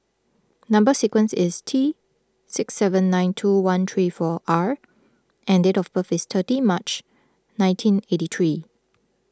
Number Sequence is T six seven nine two one three four R and date of birth is thirty March nineteen eighty three